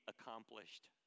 accomplished